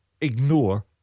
ignore